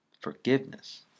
forgiveness